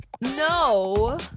no